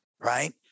right